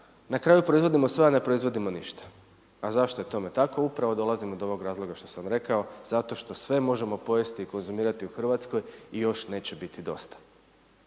Na kraju proizvodimo sve a ne proizvodimo ništa. A zašto je tome tako? Upravo dolazimo do ovog razloga što sam rekao, zato što sve možemo pojesti i konzumirati u Hrvatskoj i još neće biti dosta.